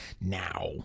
Now